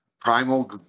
Primal